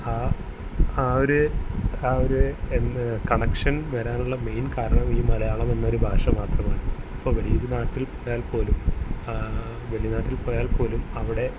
ആ ആ ഒരു ആ ഒരു എന്ന് കണക്ഷൻ വരാനുള്ള മെയിൻ കാരണം ഈ മലയാളം എന്നൊരു ഭാഷ മാത്രമാണ് ഇപ്പോള് വെളിയിലൊരു നാട്ടിൽ പോയാൽ പോലും വെളിനാട്ടിൽ പോയാൽ പോലും അവിടെ